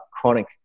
chronic